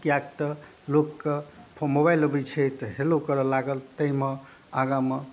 कियाकि तऽ लोकके फोन मोबाइल अबै छै तऽ हेलो करअ लागल ताहिमे आगाँमे